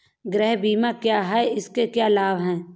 गृह बीमा क्या है इसके क्या लाभ हैं?